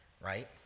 right